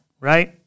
right